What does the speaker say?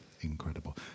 incredible